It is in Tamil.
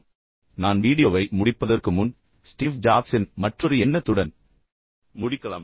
மேலும் நான் வீடியோவை முடிப்பதற்கு முன் ஸ்டீவ் ஜாப்ஸின் மற்றொரு எண்ணத்துடன் முடிக்கலாம்